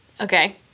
Okay